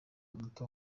muto